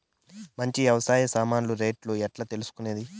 మంచి వ్యవసాయ సామాన్లు రేట్లు ఎట్లా తెలుసుకునేది?